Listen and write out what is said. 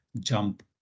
jump